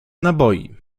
naboi